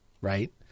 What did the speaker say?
right